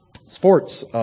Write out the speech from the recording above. sports